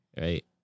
right